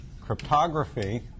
cryptography